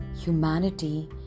humanity